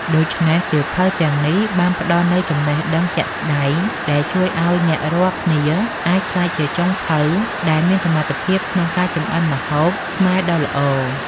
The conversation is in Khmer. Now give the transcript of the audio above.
ដូច្នេះ សៀវភៅទាំងនេះបានផ្ដល់នូវចំណេះដឹងជាក់ស្ដែងដែលជួយឲ្យអ្នករាល់គ្នាអាចក្លាយជាចុងភៅដែលមានសមត្ថភាពក្នុងការចម្អិនម្ហូបខ្មែរដ៏ល្អ។